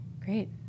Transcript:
great